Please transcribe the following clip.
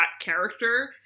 character